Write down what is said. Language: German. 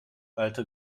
alte